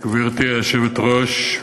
גברתי היושבת-ראש,